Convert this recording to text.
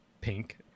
Pink